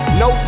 no